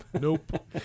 Nope